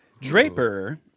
Draper